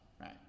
right